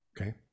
okay